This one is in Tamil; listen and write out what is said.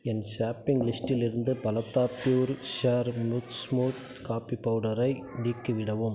என் ஷாப்பிங் லிஸ்டிலிருந்து பலதா ப்யூர் ஷோர் ஸ்மூத் காப்பி பவுடரை நீக்கிவிடவும்